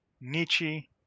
Nietzsche